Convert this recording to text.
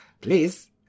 please